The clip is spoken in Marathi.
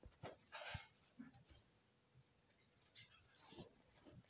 पिका विमा हा दरवर्षी काऊन मिळत न्हाई?